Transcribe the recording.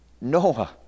Noah